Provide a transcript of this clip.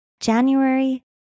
January